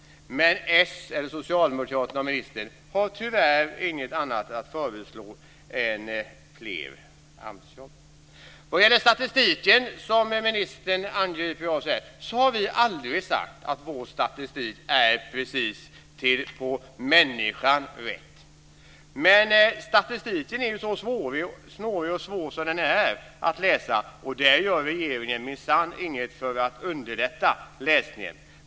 Men socialdemokraterna och ministern har tyvärr inget annat att föreslå än fler AMS-jobb. Vad gäller statistiken som ministern angriper oss för har vi aldrig sagt att vår statistik är precis på människan rätt. Men statistiken är ju så snårig och svår som den är att läsa, och regeringen gör minsann inget för att underlätta läsningen.